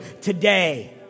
today